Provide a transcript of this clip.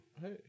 Hey